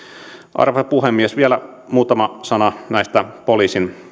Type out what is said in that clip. arvoisa puhemies vielä muutama sana näistä poliisin